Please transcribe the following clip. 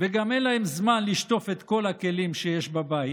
וגם אין להן זמן לשטוף את כל הכלים שיש בבית.